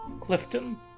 Clifton